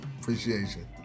appreciation